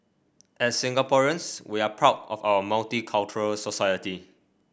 as Singaporeans we're proud of our multicultural society